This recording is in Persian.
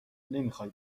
نمیخوای